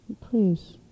Please